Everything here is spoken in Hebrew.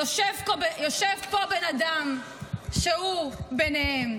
יושב פה בן אדם שהוא ביניהם,